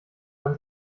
man